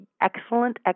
excellent